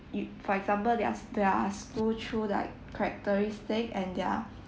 u~ for example their their school through like characteristic and their